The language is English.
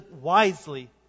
wisely